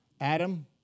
Adam